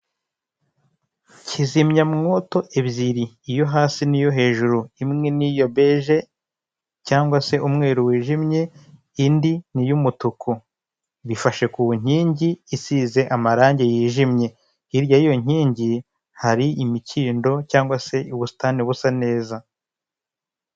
Kizimyamwoto ebyiri, iyo hasi n'iyo hejuru, imwe n'iya beje cyangwa se umweru wijimye, indi n'iy'umutuku, bifashe ku nkingi isize amarange yijimye, hirya y'iyo nkingi hari imikindo cyangwa se ubusitani busa neza.